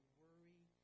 worry